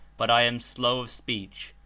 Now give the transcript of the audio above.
but i am slow of speech,